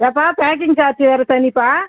ஏன்ப்பா packing charge வேற தனிப்பா